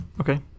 Okay